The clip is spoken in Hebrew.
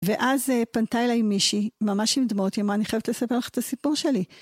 ואז פנתה אליי מישהי, ממש עם דמעות, היא אמרה, אני חייבת לספר לך את הסיפור שלי.